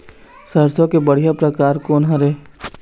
सरसों के बढ़िया परकार कोन हर ये?